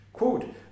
Quote